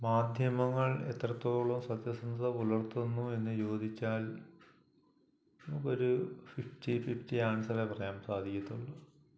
മാധ്യമങ്ങൾ എത്രത്തോളം സത്യസന്ധത പുലർത്തുന്നുവെന്ന് ചോദിച്ചാൽ നമുക്കൊരു ഫിഫ്റ്റി ഫിഫ്റ്റി ആൻസറേ പറയാൻ സാധിക്കത്തുള്ളൂ